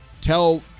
tell